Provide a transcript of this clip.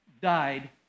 died